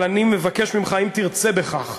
אבל אני מבקש ממך, אם תרצה בכך,